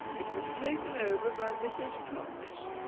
it was taken over by mrs cox,